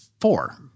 four